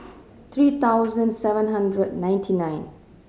three thousand seven hundred and ninety nine